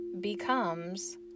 becomes